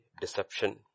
deception